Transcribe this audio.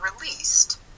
released